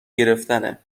گرفتنه